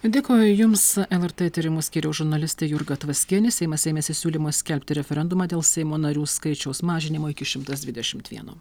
dėkoju jums lrt tyrimų skyriaus žurnalistė jurga tvaskienė seimas ėmėsi siūlymo skelbti referendumą dėl seimo narių skaičiaus mažinimo iki šimtas dvidešimt vieno